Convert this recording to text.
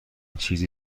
چیزی